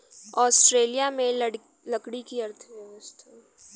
Australia में लकड़ी की अर्थव्यवस्था यूकेलिप्टस प्रजाति के पेड़ पर टिकी है